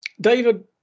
David